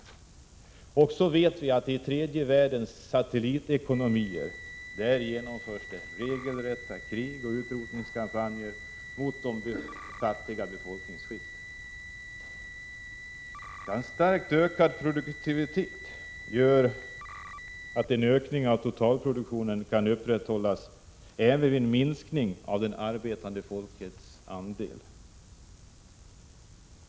Samtidigt vet vi att det i tredje världens satellitekonomier genomförs regelrätta krig och utrotningskampanjer mot de fattiga befolkningsskikten. En starkt ökad produktivitet gör att en ökning av totalproduktionen kan upprätthållas även med en minskning av det arbetande folkets andel.